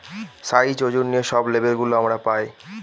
size, ওজন নিয়ে সব লেবেল গুলো আমরা পায়